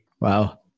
Wow